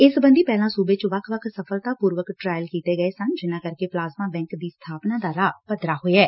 ਇਸ ਸਬੰਧੀ ਪਹਿਲਾਂ ਸੁਬੇ ਚ ਵੱਖ ਵੱਖ ਸਫਲਤਾਪੁਰਵਕ ਟੁਾਇਲ ਕੀਤੇ ਗਏ ਸਨ ਜਿਨ੍ਹਾਂ ਕਰਕੇ ਪਲਾਜ਼ਮਾ ਬੈਂਕ ਦੀ ਸਬਾਪਨਾ ਦਾ ਰਾਹ ਪੱਧਰਾ ਹੋਇਆ